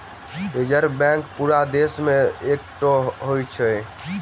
reserve bank पूरा देश मे एकै टा होइत अछि